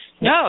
No